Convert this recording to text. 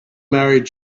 married